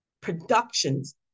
productions